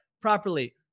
properly